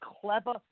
clever